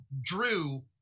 drew